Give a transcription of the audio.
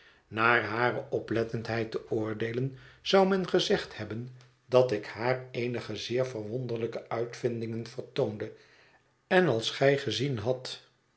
naar hare oplettendheid te oordeelen zou men gezegd hebben dat ik haar eenige zeer verwonderlijke uitvindingen vertoonde en als gij gezien hadt